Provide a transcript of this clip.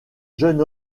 jeune